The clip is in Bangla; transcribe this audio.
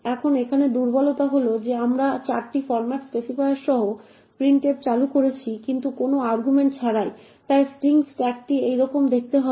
এখন এখানে দুর্বলতা হল যে আমরা 4টি ফর্ম্যাট স্পেসিফায়ার সহ প্রিন্টএফ চালু করছি কিন্তু কোনো আর্গুমেন্ট ছাড়াই তাই স্ট্রিংস্ট্যাকটি এইরকম দেখতে হবে